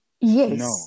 Yes